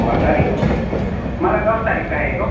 छ तारिख मलाई दस तारिख चाहिएको